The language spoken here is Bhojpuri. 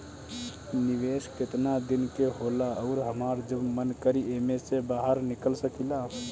निवेस केतना दिन के होला अउर हमार जब मन करि एमे से बहार निकल सकिला?